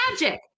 Magic